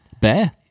Bear